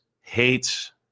hates